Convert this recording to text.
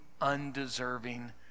undeserving